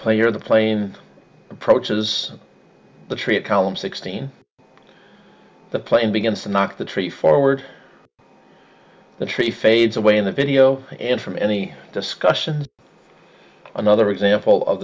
player the plane approaches the tree of columns sixteen the plane begins to knock the tree forward the tree fades away in the video and from any discussion another example of